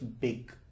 big